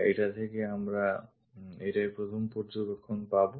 এটা থেকে আমরা এটাই প্রথম পর্যবেক্ষণ পাবো